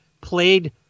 played